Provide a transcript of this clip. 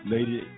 Lady